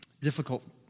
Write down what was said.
difficult